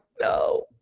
no